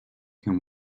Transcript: can